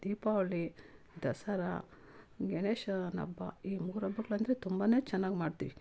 ದೀಪಾವಳಿ ದಸರಾ ಗಣೇಶನ್ ಹಬ್ಬ ಈ ಮೂರು ಹಬ್ಬಗ್ಳಂದ್ರೆ ತುಂಬಾ ಚೆನ್ನಾಗ್ ಮಾಡ್ತಿವಿ